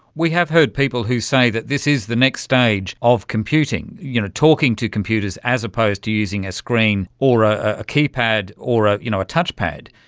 we have heard people who say that this is the next stage of computing, you know talking to computers as opposed to using a screen or a keypad or ah you know a touchpad.